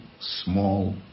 small